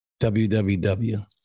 www